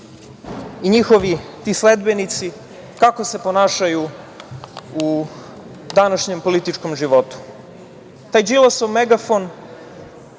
i njihovi sledbenici ponašaju u današnjem političkom životu. Taj Đilasov megafon,